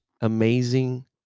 amazing